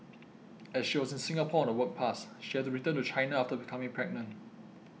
as she was in Singapore on a work pass she had to return to China after becoming pregnant